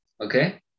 okay